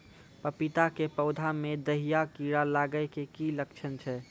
पपीता के पौधा मे दहिया कीड़ा लागे के की लक्छण छै?